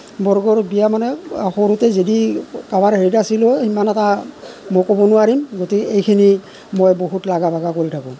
বৰ্গৰ বিয়া মানে সৰুতে যদি কাৰোবাৰে হেৰিত আছিলোঁ সিমান এটা মই ক'ব নোৱাৰিম গতিকে এইখিয়েই মই বহুত লাগা ভাগা কৰি থাকোঁ